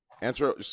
answer